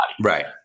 Right